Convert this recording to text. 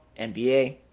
NBA